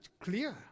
clear